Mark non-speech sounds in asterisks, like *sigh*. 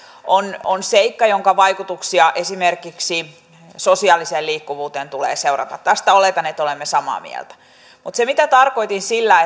on on seikka jonka vaikutuksia esimerkiksi sosiaaliseen liikkuvuuteen tulee seurata oletan että tästä olemme samaa mieltä mutta se mitä tarkoitin sillä *unintelligible*